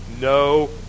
no